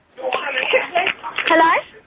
Hello